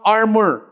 armor